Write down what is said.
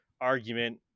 argument